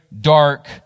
dark